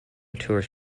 tours